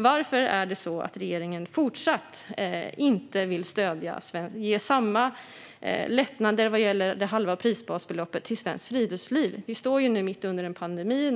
Varför är det så att regeringen fortsatt inte vill ge samma lättnader vad gäller det halva prisbasbeloppet till Svenskt Friluftsliv som man ger till idrottsrörelsen? Vi står nu mitt i en pandemi